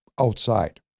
outside